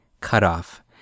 cutoff